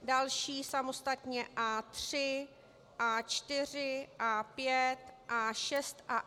Další samostatně A3, A4, A5, A6 a A26.